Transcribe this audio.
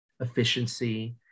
efficiency